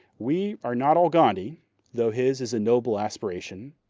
we are not all gandhi though his is a noble aspiration.